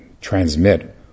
transmit